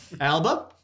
Alba